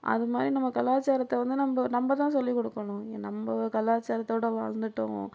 அது மாதிரி நம்ம கலாச்சாரத்தை வந்து நம்ப நம்ப தான் சொல்லி கொடுக்கணும் இங்கே நம்ப கலாச்சாரத்தோட வாழ்ந்து விட்டோம்